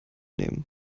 nehmen